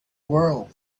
world